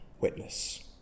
witness